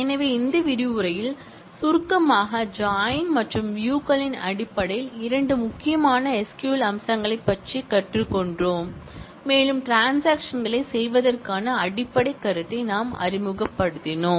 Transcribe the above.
எனவே இந்த விரிவுரையில் சுருக்கமாக ஜாயின் மற்றும் வியூ களின் அடிப்படையில் இரண்டு முக்கியமான SQL அம்சங்களைப் பற்றி நாம் கற்றுக்கொண்டோம் மேலும் ட்ரான்ஸாக்ஷன் களைச் செய்வதற்கான அடிப்படை கருத்தை நாம் அறிமுகப்படுத்தினோம்